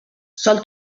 sol